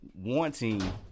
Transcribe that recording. wanting